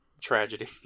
tragedy